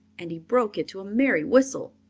and he broke into a merry whistle.